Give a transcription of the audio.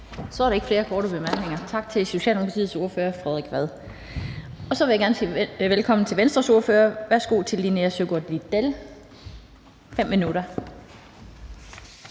Så er der ikke flere korte bemærkninger. Tak til Socialdemokratiets ordfører, Frederik Vad. Og så vil jeg gerne sige velkommen til Venstres ordfører. Værsgo til Linea Søgaard-Lidell, og der